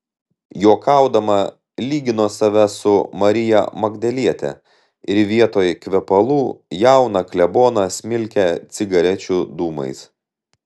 juokaudama lygino save su marija magdaliete ir vietoj kvepalų jauną kleboną smilkė cigarečių dūmais